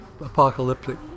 apocalyptic